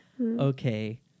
okay